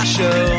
Show